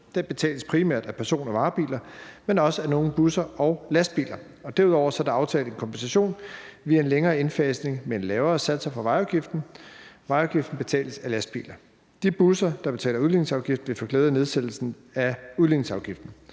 Den betales primært af person- og varebiler, men også af nogle busser og lastbiler. Derudover er der aftalt en kompensation via en længere indfasning med lavere satser for vejafgiften. Vejafgiften betales af lastbiler. De busser, der betaler udligningsafgiften, vil få glæde af nedsættelsen af udligningsafgiften,